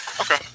Okay